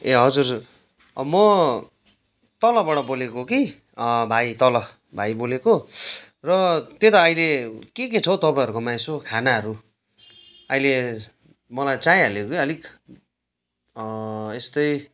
ए हजुर म तलबाट बोलेको कि भाइ तल भाइ बोलेको र त्यही त अहिले के के छ हौ तपाईँहरूकोमा यसो खानाहरू अहिले मलाई चाहिहालेको कि अलिक यस्तै